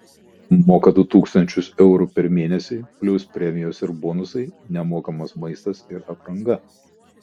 moka du tūkstančius eurų per mėnesį plius premijos ir bonusai nemokamas maistas ir apranga